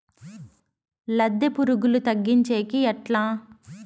లద్దె పులుగులు తగ్గించేకి ఎట్లా?